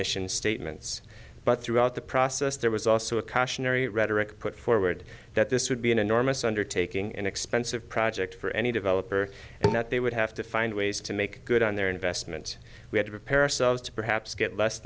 mission statements but throughout the process there was also a cautionary rhetoric put forward that this would be an enormous undertaking an expensive project for any developer and that they would have to find ways to make good on their investment we had to repair selves to perhaps get less